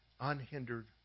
Unhindered